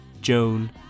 Joan